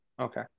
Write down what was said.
Okay